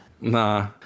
Nah